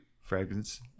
fragments